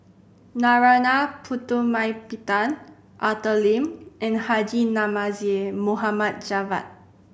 Narana Putumaippittan Arthur Lim and Haji Namazie Mohd Javad